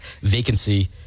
vacancy